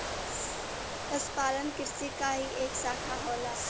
पशुपालन कृषि क ही एक साखा होला